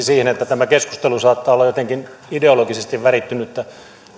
siihen että tämä keskustelu saattaa olla jotenkin ideologisesti värittynyttä